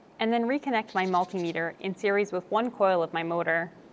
and then reconnect my multimeter in series with one coil of my motor.